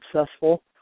successful